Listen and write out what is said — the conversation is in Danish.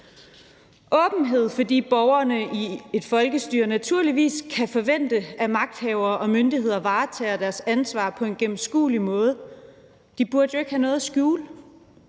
åbenhed, fordi borgerne i et folkestyre naturligvis kan forvente, at magthavere og myndigheder varetager deres ansvar på en gennemskuelig måde, for de burde jo ikke have noget at skjule;